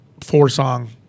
four-song